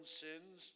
sins